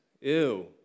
Ew